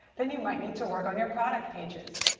then you might need to work on your product pages.